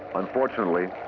unfortunately,